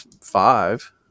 five